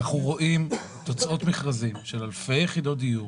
אנחנו רואים תוצאות מכרזים של אלפי יחידות דיור,